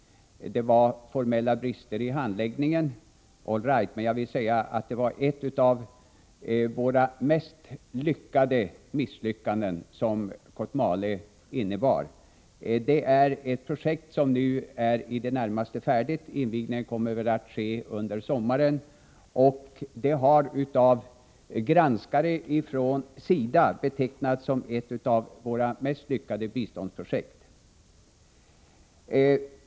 Det förekom formella brister i handläggningen av det - all right. Men jag vill säga att Kotmale var ett av våra mest lyckade misslyckanden. Det är ett projekt som nu är i det närmaste färdigt — invigningen kommer väl att ske under sommaren. Det har av granskare från SIDA betecknats som ett av våra mest lyckade biståndsprojekt.